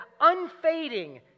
unfading